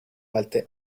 alte